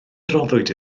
roddwyd